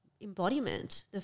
embodiment